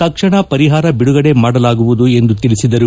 ತಕ್ಷಣ ಪರಿಹಾರ ಬಿಡುಗಡೆ ಮಾಡಲಾಗುವುದು ಎಂದು ತಿಳಿಸಿದರು